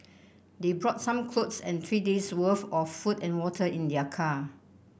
they brought some clothes and three days' worth of food and water in their car